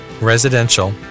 residential